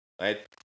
right